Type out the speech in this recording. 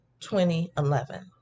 2011